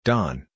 Don